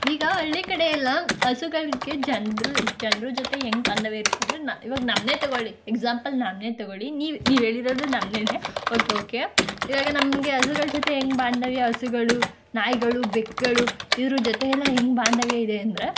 ಈಗ ಹಳ್ಳಿ ಕಡೆ ಎಲ್ಲ ಹಸುಗಳ್ಗೆ ಜನರು ಜನರು ಜೊತೆ ಹೆಂಗ್ ಬಾಂಧವ್ಯ ಇರ್ತದಂದ್ರೆ ಇವಾಗ ನಮ್ಮನ್ನೇ ತೊಗೊಳ್ಳಿ ಎಕ್ಸಾಂಪಲ್ ನಮ್ಮನ್ನೆ ತಗೊಳ್ಳಿ ನೀವು ನೀವು ಹೇಳಿರೋದು ನನ್ನನ್ನೇ ಓಕೆ ಓಕೆ ಇವಾಗ ನಮಗೆ ಹಸುಗಳ ಜೊತೆ ಹೆಂಗ್ ಬಾಂಧವ್ಯ ಹಸುಗಳು ನಾಯಿಗಳು ಬೆಕ್ಕುಗಳು ಇದ್ರ ಜೊತೆಯೆಲ್ಲ ಹೇಗ್ ಬಾಂಧವ್ಯ ಇದೆ ಅಂದರೆ